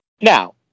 Now